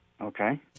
Okay